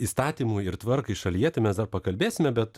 įstatymui ir tvarkai šalyje tai mes dar pakalbėsime bet